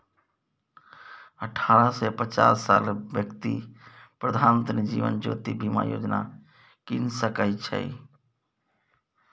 अठारह सँ पचास सालक बेकती प्रधानमंत्री जीबन ज्योती बीमा योजना कीन सकै छै